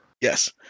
Yes